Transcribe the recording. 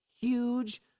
huge